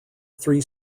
three